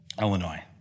Illinois